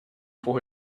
for